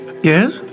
Yes